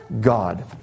God